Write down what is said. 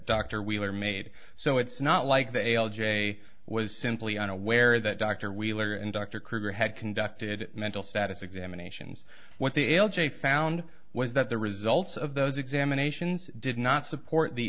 dr wheeler made so it's not like the a l j was simply unaware that dr wheeler and dr krueger had conducted mental status examinations what the l j found was that the results of those examinations did not support the